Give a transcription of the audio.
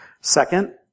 Second